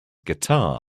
guitar